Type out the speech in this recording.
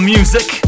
Music